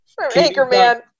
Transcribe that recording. anchorman